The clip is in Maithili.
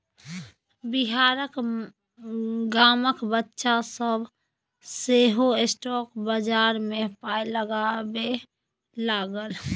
बिहारक गामक बच्चा सभ सेहो स्टॉक बजार मे पाय लगबै लागल